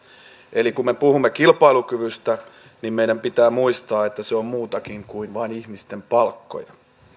eli kun me puhumme kilpailukyvystä niin meidän pitää muistaa että se on muutakin kuin vain ihmisten palkkoja